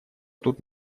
тут